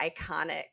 iconic